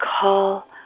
call